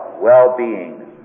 well-being